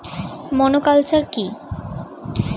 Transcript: Monoculture কি?